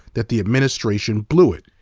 that the administration blew it.